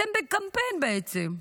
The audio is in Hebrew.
אתם בקמפיין בעצם.